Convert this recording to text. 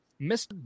Mr